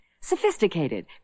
sophisticated